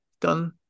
done